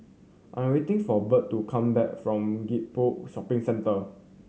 I'm waiting for Bird to come back from Gek Poh Shopping Centre